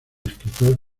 escritor